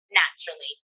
naturally